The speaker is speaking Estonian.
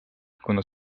kuna